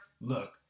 look